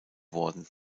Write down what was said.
worden